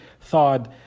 thawed